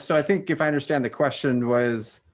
so i think if i understand the question was,